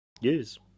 Yes